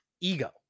Ego